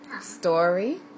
Story